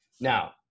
Now